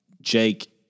Jake